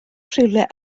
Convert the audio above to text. rhywle